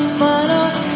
follow